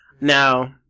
Now